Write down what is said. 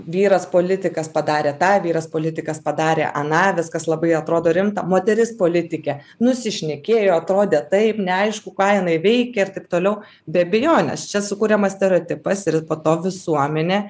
vyras politikas padarė tą vyras politikas padarė aną viskas labai atrodo rimta moteris politikė nusišnekėjo atrodė taip neaišku ką jinai veikia ir taip toliau be abejonės čia sukuriamas stereotipas ir po to visuomenė